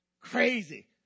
Crazy